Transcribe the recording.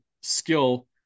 skill